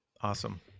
Awesome